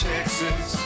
Texas